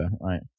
right